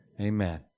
amen